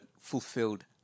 fulfilled